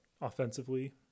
offensively